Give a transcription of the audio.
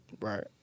Right